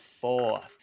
fourth